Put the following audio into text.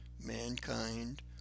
mankind